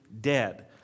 dead